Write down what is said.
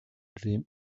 dream